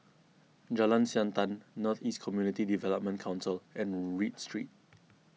Jalan Siantan North East Community Development Council and Read Street